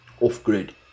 off-grid